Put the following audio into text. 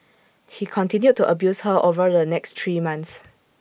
he continued to abuse her over the next three months